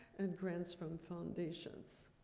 and grants from foundations.